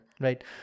right